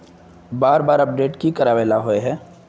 बार बार अपडेट की कराबेला होय है?